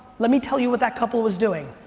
let me tell you what that couple was doing.